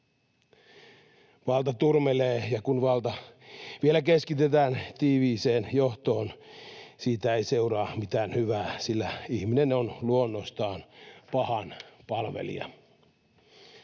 Valta turmelee, ja kun valta vielä keskitetään tiiviiseen johtoon, siitä ei seuraa mitään hyvää, sillä ihminen on luonnostaan pahan palvelija.